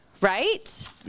right